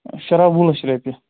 شُراہ وُہ لَچھ رۄپیہِ